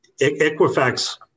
Equifax